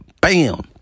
bam